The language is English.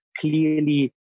clearly